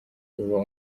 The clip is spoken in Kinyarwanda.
uba